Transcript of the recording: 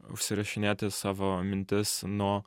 užsirašinėti savo mintis nuo